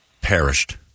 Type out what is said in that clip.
perished